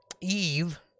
Eve